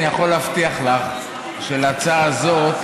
אני יכול להבטיח לך שלהצעה הזאת,